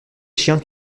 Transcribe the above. chiens